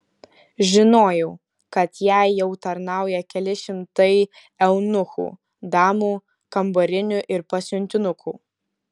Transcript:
žinojau kad jai jau tarnauja keli šimtai eunuchų damų kambarinių ir pasiuntinukų